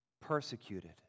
persecuted